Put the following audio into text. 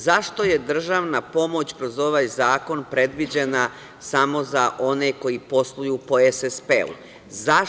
Zašto je državna pomoć kroz ovaj zakon predviđena samo za one koji posluju po SSP-u?